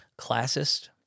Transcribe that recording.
classist